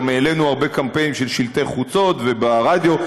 גם העלינו הרבה קמפיינים של שלטי חוצות וברדיו,